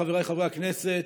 חבריי חברי הכנסת,